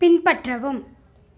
பின்பற்றவும்